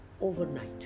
Overnight